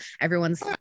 Everyone's